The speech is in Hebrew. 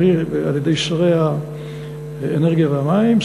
על-ידי שר האנרגיה והמים,